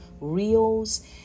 reels